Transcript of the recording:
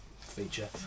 feature